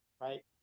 right